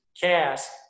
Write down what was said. cast